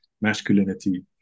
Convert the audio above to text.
masculinity